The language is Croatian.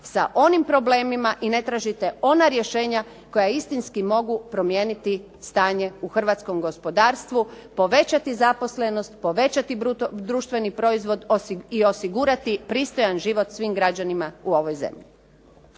sa onim problemima i ne tražite ona rješenja koja istinski mogu promijeniti stanje u hrvatskom gospodarstvu, povećati zaposlenost, povećati bruto društveni proizvod i osigurati pristojan život svim građanima u ovoj zemlji.